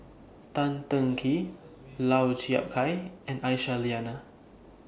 Tan Teng Kee Lau Chiap Khai and Aisyah Lyana